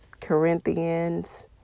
Corinthians